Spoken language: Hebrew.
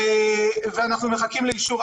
ואנחנו מחכים לאישור.